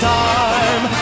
time